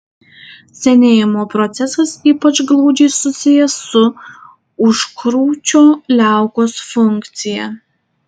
senėjimo procesas ypač glaudžiai susijęs su užkrūčio liaukos funkcija